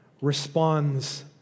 responds